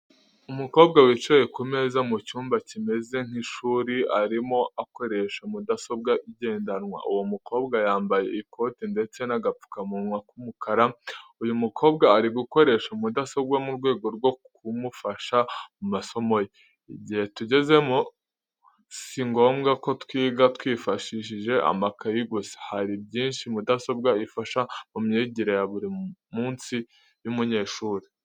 Umukobwa wicaye ku meza mu cyumba kimeze nk'ishuri, arimo akoresha mudasobwa igendanwa. Uwo mukobwa yambaye ikoti ndetse n'agapfukamunwa k'umukara. Uyu mukobwa ari gukoresha mudasobwa mu rwego rwo kumufasha mu masomo ye. Igihe tugezemo si ngombwa ko twiga twifashisha amakaye gusa, hari byinshi mudasobwa ifasha mu myigire ya buri munsi y'umunyeshuri.